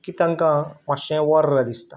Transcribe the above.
की तांकां मातशें वोर्र दिसता